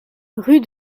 rue